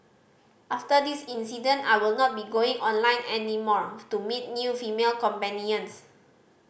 after this incident I will not be going online any more to meet new female companions